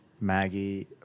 maggie